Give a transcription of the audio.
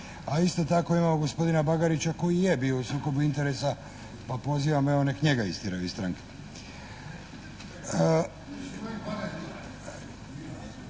a isto tako imamo gospodina Bagarića koji je bio u sukobu interesa pa pozivam evo neka njega istjeraju iz stranke.